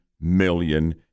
million